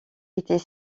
était